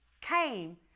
came